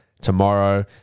tomorrow